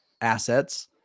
assets